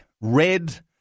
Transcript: red